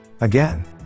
again